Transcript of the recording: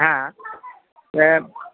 হ্যাঁ